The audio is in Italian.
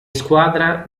squadra